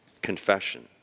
Confession